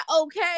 okay